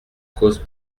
cause